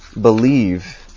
believe